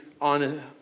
on